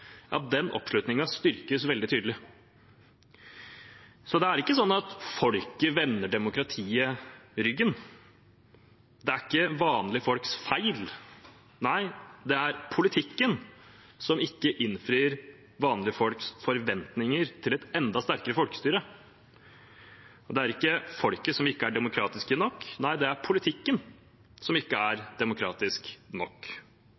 styrkes veldig tydelig. Det er ikke sånn at folket vender demokratiet ryggen. Det er ikke vanlige folks feil. Nei, det er politikken som ikke innfrir vanlige folks forventninger til et enda sterkere folkestyre. Det er ikke folket som ikke er demokratisk nok, det er politikken som ikke er demokratisk nok.